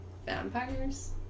vampires